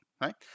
right